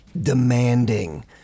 demanding